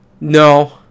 No